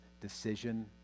decision